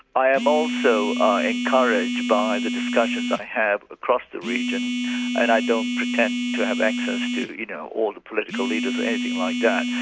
i am also encouraged by the discussions i have across the region and i don't pretend to have access to you know all the political leaders, or anything like that,